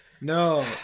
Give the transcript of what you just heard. No